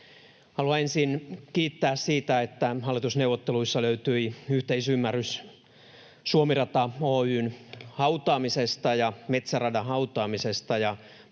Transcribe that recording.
Haluan ensin kiittää siitä, että hallitusneuvotteluissa löytyi yhteisymmärrys Suomi-rata Oy:n hautaamisesta ja metsäradan hautaamisesta